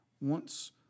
once-